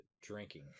drinking